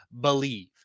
BELIEVE